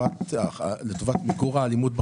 יהודים קראים,